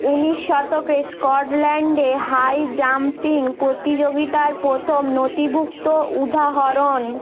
উনিশ শতকে স্কটল্যান্ডে হাই জাম্পিং প্রতিযোগিতার প্রথম নথিভুক্ত উদাহরণ